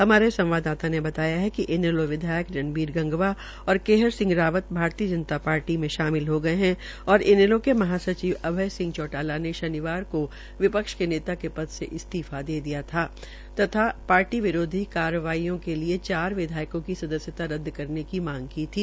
हमारे संवाददाता ने बताया कि इनैलो विधायक रनबीर गंगवा और केहर सिंह रावत भारतीय जनता पार्टी में शामिल हो गये है और इनैलो के महासचिव अभय सिंह चौटाला ने शनिवार को विपक्ष के नेता के पद से इस्तीफा दे दिया था तथा पार्टी विरोधी कार्रवाईयों के लिये चार विद्यायकों के सदस्यता रदद करने की मांग की थी